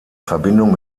verbindung